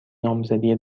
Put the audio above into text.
نامزدی